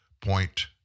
point